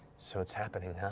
so it's happening,